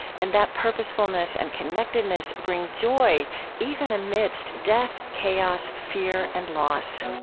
and that purposefulness and connectedness bring joy even amidst death, chaos, fear and loss.